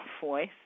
voice